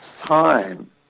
time